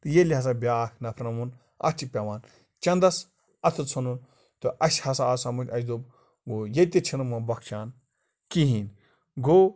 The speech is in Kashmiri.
تہٕ ییٚلہِ ہسا بیٛاکھ نَفرَن ووٚن اَتھ چھِ پٮ۪وان چنٛدَس اَتھٕ ژھٕنُن تہٕ اَسہِ ہسا آو سَمٕج اَسہِ دوٚپ گوٚو ییٚتہِ تہِ چھِنہٕ وٕ بَخچان کِہیٖنۍ گوٚو